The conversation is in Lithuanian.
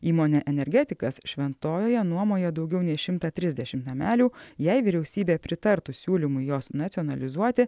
įmonė energetikas šventojoje nuomoja daugiau nei šimtą trisdešim namelių jei vyriausybė pritartų siūlymui juos nacionalizuoti